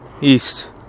east